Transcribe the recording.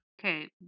Okay